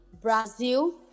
Brazil